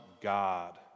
God